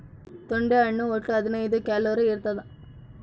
ತೊಂಡೆ ಹಣ್ಣು ಒಟ್ಟು ಹದಿನೈದು ಕ್ಯಾಲೋರಿ ಇರ್ತಾದ